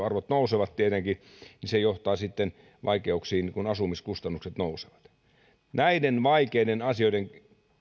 arvot nousevat niin se tietenkin johtaa sitten vaikeuksiin kun asumiskustannukset nousevat näiden vaikeiden asioiden